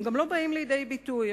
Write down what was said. הם גם לא באים לידי ביטוי,